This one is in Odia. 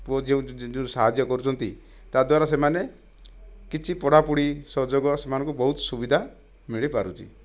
ପୁଅ ଝିଅ ଯେଉଁ ସାହାଯ୍ୟ କରୁଛନ୍ତି ତା' ଦ୍ଵାରା ସେମାନେ କିଛି ପଢ଼ାପଢ଼ି ସହଯୋଗ ସେମାନଙ୍କୁ ବହୁତ ସୁବିଧା ମିଳିପାରୁଛି